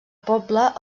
poble